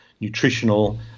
nutritional